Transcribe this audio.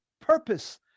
purpose